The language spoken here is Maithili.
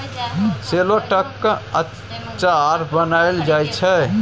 शेलौटक अचार बनाएल जाइ छै